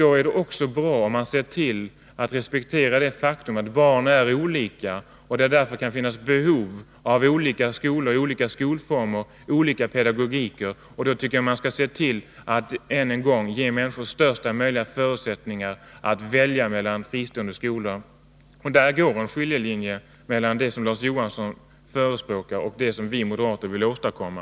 Då är det också bra om man respekterar det faktum att barn är olika och att det därför kan finnas behov av olika skolor, olika skolformer, olika pedagogiker. Därför tycker jag också att man bör ge människor största möjliga förutsättning att välja mellan fristående skolor. Där går skiljelinjen mellan det som Larz Johansson förespråkar och det som vi moderater vill åstadkomma.